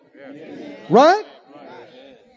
Right